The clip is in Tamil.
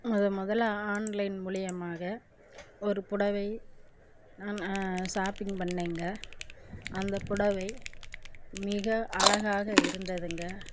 முத முதல்ல ஆன்லைன் மூலயமாக ஒரு புடவை நாங்கள் ஷாப்பிங் பண்ணிணேங்க அந்த புடவை மிக அழகாக இருந்ததுங்க